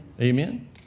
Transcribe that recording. Amen